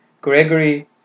Gregory